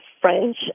French